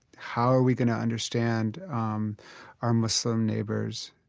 how are we going to understand um our muslim neighbors?